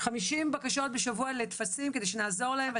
50 בקשות בשבוע לטפסים כדי שנעזור להם.